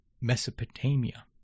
Mesopotamia